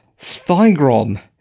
Stygron